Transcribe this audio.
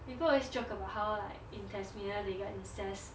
people always joke about how like in tasmania they get incest